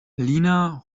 lina